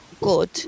good